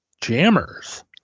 jammers